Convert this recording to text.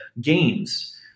games